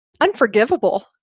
unforgivable